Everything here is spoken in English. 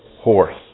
horse